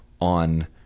on